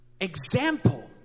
example